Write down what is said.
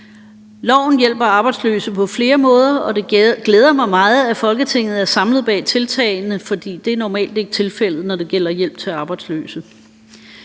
Loven hjælper arbejdsløse på flere måder, og det glæder mig meget, at Folketinget er samlet bag tiltagene, for det er normalt ikke tilfældet, når det gælder hjælp til arbejdsløse.